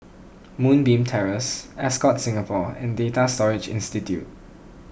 Moonbeam Terrace Ascott Singapore and Data Storage Institute